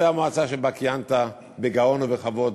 והמועצה שבה כיהנת בגאון ובכבוד